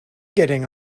getting